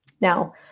now